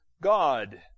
God